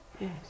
Yes